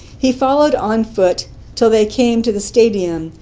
he followed on foot till they came to the stadium,